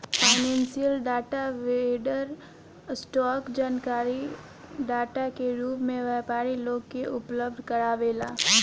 financial data vendor, stock जानकारी data के रूप में व्यापारी लोग के उपलब्ध कारावेला